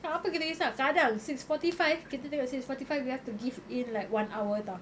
apa kita kisah kadang six forty five kita tengok six forty five we have to give in like one hour [tau]